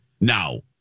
Now